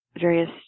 various